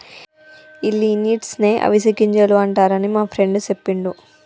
ఈ లిన్సీడ్స్ నే అవిసె గింజలు అంటారని మా ఫ్రెండు సెప్పిండు